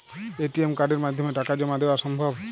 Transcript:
ATM কার্ডের মাধ্যমে টাকা জমা দেওয়া সম্ভব?